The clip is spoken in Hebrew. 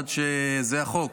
עד, זה החוק.